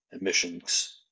emissions